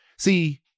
See